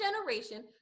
generation